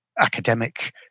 academic